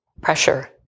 pressure